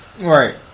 Right